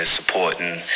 supporting